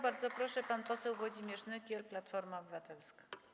Bardzo proszę, pan poseł Włodzimierz Nykiel, Platforma Obywatelska.